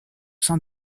sein